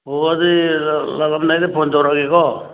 ꯑꯣ ꯑꯗꯨꯗꯤ ꯂꯥꯛꯂꯝꯗꯥꯏꯗ ꯐꯣꯟ ꯇꯧꯔꯛꯑꯒꯦꯀꯣ